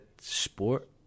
sport